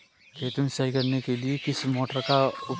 खेत में सिंचाई करने के लिए किस मोटर का उपयोग करें?